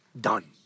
done